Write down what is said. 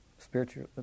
Spiritual